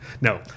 No